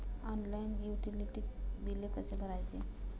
Online utility बिले कसे भरायचे?